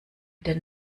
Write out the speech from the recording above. den